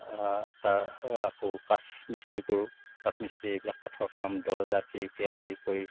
তাৰ আকৌ কাঠ কাঠমিস্ত্ৰীও কৰোঁ কাঠমিস্ত্ৰী এইবিলাক কাঠৰ কাম দৰ্জা খিৰিকী আদি কৰি